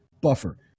buffer